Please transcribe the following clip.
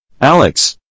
Alex